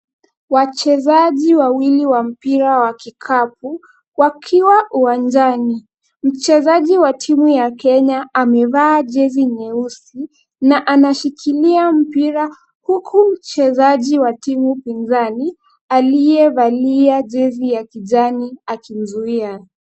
Wachezaji wawili wa mpira wa kikapu wakiwa uwanjani. Mchezaji wa timu ya Kenya amevaa jezi nyeusi na anashikilia mpira huku mchezaji wa timu pinzani aliye valia jezi ya kijani akimzuia.